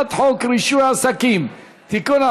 הצעת חוק רישוי עסקים (תיקון,